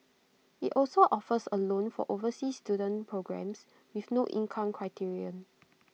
IT also offers A loan for overseas student programmes with no income criterion